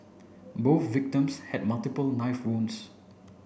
both victims had multiple knife wounds